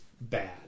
bad